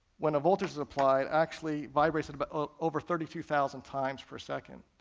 when a voltage is applied, actually vibrates and but ah over thirty two thousand times per second.